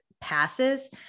passes